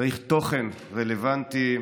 צריך תוכן רלוונטי.